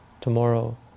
tomorrow